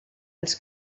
els